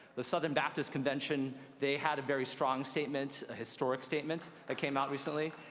the southern baptist convention, they had a very strong statement, ah historic statement that came out recently.